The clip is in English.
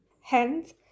Hence